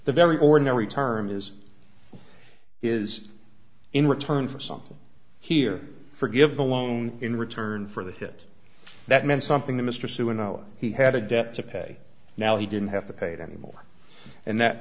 the very ordinary term is is in return for something here forgive the loan in return for the hit that meant something to mr sewell no he had a debt to pay now he didn't have to paid any more and that